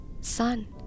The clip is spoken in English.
Son